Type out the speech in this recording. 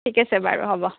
ঠিকে আছে বাৰু হ'ব